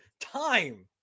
time